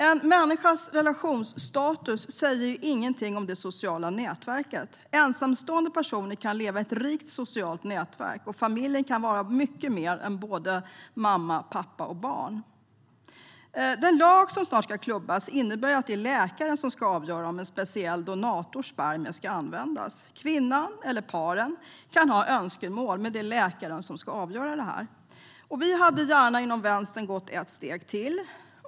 En människas relationsstatus säger ingenting om det sociala nätverket. Ensamstående personer kan leva i ett rikt socialt nätverk, och familjen kan vara mycket mer än mamma, pappa, barn. Den lag som snart ska klubbas innebär att det är läkaren som ska avgöra om en speciell donators spermier ska användas. Kvinnan eller paret kan ha önskemål, med det är läkaren som ska avgöra detta. Vi inom Vänstern hade gärna gått ett steg till.